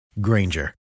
Granger